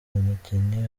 mukinyi